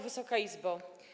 Wysoka Izbo!